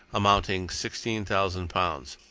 amounting sixteen thousand pounds.